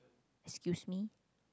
excuse me